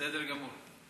בסדר גמור.